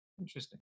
Interesting